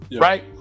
right